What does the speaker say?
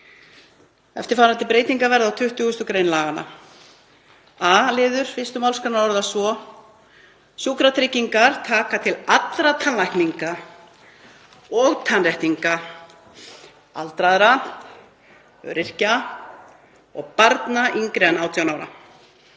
„Eftirfarandi breytingar verða á 20. gr. laganna: a. 1. mgr. orðast svo: Sjúkratryggingar taka til allra tannlækninga og tannréttinga aldraðra, öryrkja og barna yngri en 18 ára.